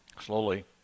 slowly